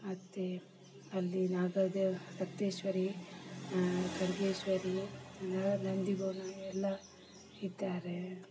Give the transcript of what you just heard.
ಮತ್ತೇ ಅಲ್ಲಿ ನಾಗದೇವ ರಕ್ತೇಶ್ವರಿ ಖಡ್ಗೇಶ್ವರಿ ನಂದಿಗೋಣ ಎಲ್ಲ ಇದ್ದಾರೆ